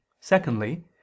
Secondly